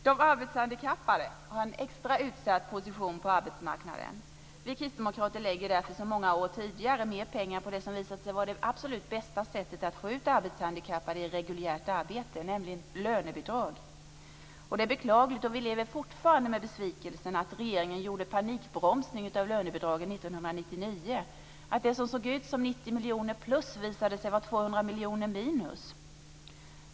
De arbetshandikappade har en extra utsatt position på arbetsmarknaden. Vi kristdemokrater lägger därför som många år tidigare mer pengar på det som visat sig vara det absolut bästa sättet att få ut arbetshandikappade i reguljärt arbete, nämligen lönebidrag. Det är beklagligt att regeringen gjorde en panikbromsning av lönebidragen 1999. Vi lever fortfarande med besvikelsen. Det som såg ut som 90 miljoner plus visade sig vara 200 miljoner minus.